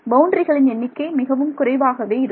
பவுண்டரிகளின் எண்ணிக்கை மிகவும் குறைவாகவே இருக்கும்